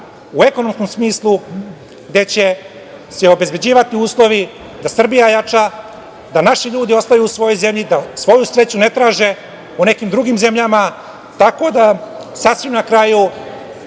u ekonomskom smislu gde će se obezbeđivati uslovi, da Srbija jača, da naši ljudi ostaju u svojoj zemlji, da svoju sreću ne traže u nekim drugim zemljama. Sasvim na kraju,